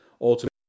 ultimately